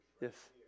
yes